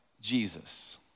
Jesus